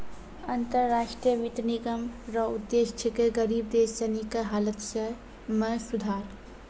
अन्तर राष्ट्रीय वित्त निगम रो उद्देश्य छिकै गरीब देश सनी के हालत मे सुधार